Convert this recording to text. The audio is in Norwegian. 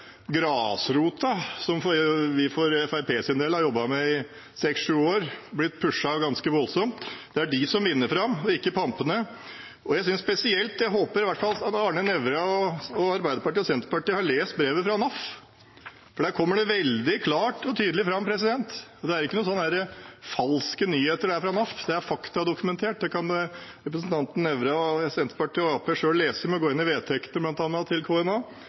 grasrota, som vi for Fremskrittspartiets del har jobbet med i seks–sju år og blitt pushet ganske voldsomt av, som vinner fram, ikke pampene. Jeg håper at Arne Nævra, Arbeiderpartiet og Senterpartiet har lest brevet fra NAF, for der kommer dette veldig klart og tydelig fram. Og det er ikke noen sånne falske nyheter som kommer fra NAF, det er fakta og dokumentert. Det kan representanten Nævra og Senterpartiet og Arbeiderpartiet selv lese. Ved å gå inn i vedtektene til bl.a. KNA